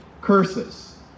curses